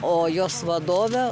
o jos vadovė